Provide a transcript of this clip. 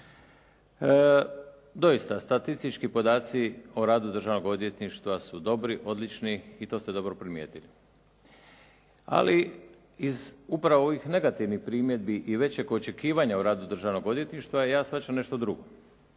Doista statistički podaci o radu Državnog odvjetništva su dobri, odlični i to ste dobro primijetili. Ali iz upravo ovih negativnih primjedbi većeg očekivanja u radu Državnog odvjetništva ja shvaćam nešto drugo.